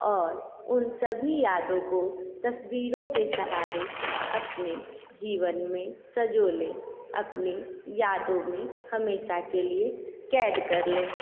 और उन सभी यादों को तस्वीरों के सहारे अपने जीवन में सँजो लें अपनी यादों में हमेशा के लिए कैद कर लें